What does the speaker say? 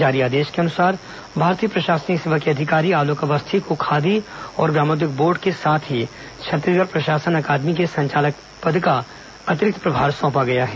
जारी आदेश के अनुसार भारतीय प्रशासनिक सेवा के अधिकारी आलोक अवस्थी को खादी और ग्रामोद्योग बोर्ड के साथ ही छत्तीसगढ़ प्रशासन अकादमी के संचालक पद का अतिरिक्त प्रभार सौंपा गया है